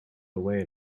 away